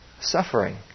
suffering